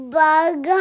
bug